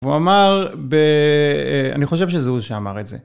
והוא אמר, אני חושב שזה הוא שאמר את זה.